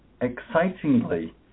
Excitingly